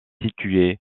situé